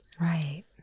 Right